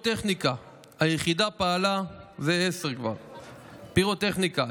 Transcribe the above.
10. פירוטכניקה,